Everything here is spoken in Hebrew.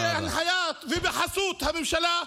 בהנחיית ובחסות הממשלה,